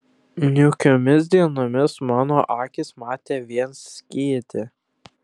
niūkiomis dienomis mano akys matė vien skėtį